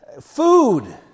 food